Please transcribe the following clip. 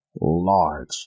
large